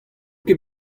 ket